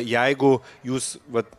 jeigu jūs vat